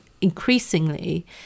increasingly